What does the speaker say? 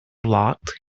locked